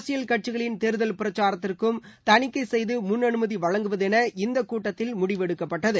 அரசியல் கட்சிகளின் தேர்தல் பிரச்சாரத்திற்கும் தணிக்கை செய்து முன் அனுமதி வழங்குவதென இந்த கூட்டத்தில் முடிவெடுக்கப்பட்டது